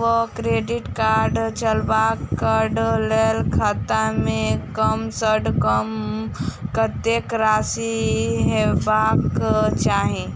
वा credit card चलबाक कऽ लेल खाता मे कम सऽ कम कत्तेक राशि हेबाक चाहि?